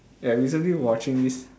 ya I recently watching this